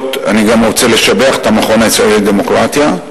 אני רוצה גם לשבח את המכון הישראלי לדמוקרטיה.